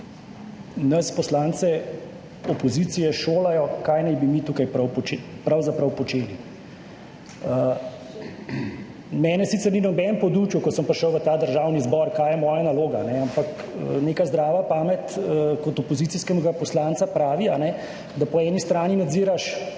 nas poslance opozicije šolajo, kaj naj bi mi tukaj pravzaprav počeli. Mene sicer ni noben podučil, ko sem prišel v ta Državni zbor, kaj je moja naloga, kajne, ampak neka zdravapamet opozicijskega poslanca pravi, da po eni strani nadziraš